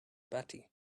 batty